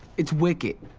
it's wicked.